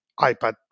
iPad